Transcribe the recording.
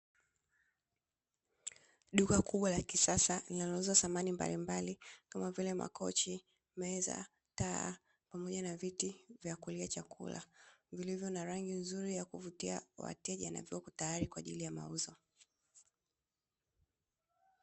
Duka kubwa la kisasa linalouza thamani mbalimbali kama vile makochi, meza, taa pamoja na viti vya kulia chakula, vilivyo na rangi nzuri ya kuvutia kwa wateja na viko tayari kwaajili ya mauzo.